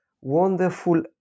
wonderful